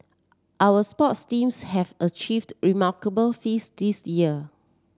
our sports teams have achieved remarkable feats this year